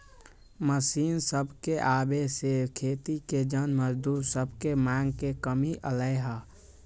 machine सभके आबे से खेती के जन मजदूर सभके मांग में कमी अलै ह